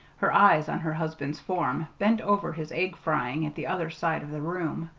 her eyes on her husband's form, bent over his egg-frying at the other side of the room.